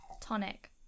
tonic